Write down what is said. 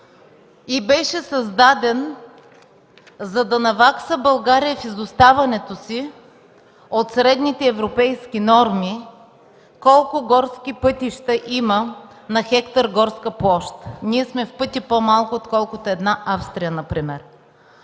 и беше създаден, за да навакса България с изоставането си от средните европейски норми колко горски пътища има на хектар горска площ. Ние сме в пъти по-малко, отколкото една Австрия например.